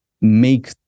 Make